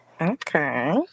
Okay